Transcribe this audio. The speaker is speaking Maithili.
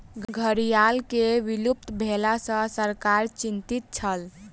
घड़ियाल के विलुप्त भेला सॅ सरकार चिंतित छल